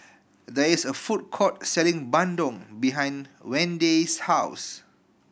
there is a food court selling bandung behind Wende's house